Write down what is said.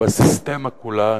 בסיסטמה כולה,